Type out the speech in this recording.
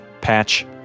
patch